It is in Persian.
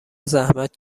زحمت